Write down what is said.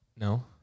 No